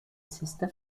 sexta